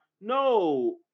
No